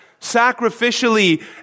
sacrificially